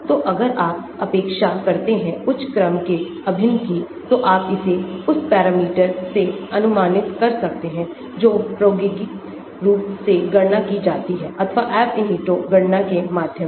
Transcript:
तो अगर आप अपेक्षा करते हैं उच्च क्रम के अभिन्न की तो आप इसे उस पैरामीटर से अनुमानित कर सकते हैं जो प्रायोगिक रूप से गणना की जाती है अथवा Ab initio गणना के माध्यम से